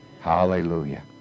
Hallelujah